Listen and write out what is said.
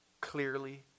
clearly